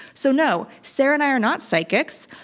so, no, sarah and i are not psychics.